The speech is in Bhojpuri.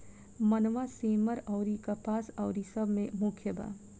मनवा, सेमर अउरी कपास अउरी सब मे मुख्य बा